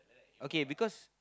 okay because